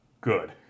Good